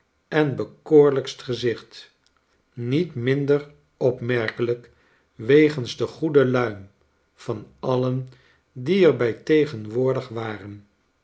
en bekoorlijkst gezicht niet minder opmerkelijk wegens de goede luim van alien die er bij tegenwoordig waren